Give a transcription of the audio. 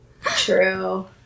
True